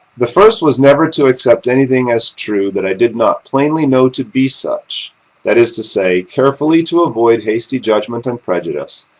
the first was never to accept anything as true that i did not plainly know to be such that is to say, carefully to avoid hasty judgment and prejudice,